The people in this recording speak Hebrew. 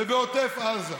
ובעוטף עזה.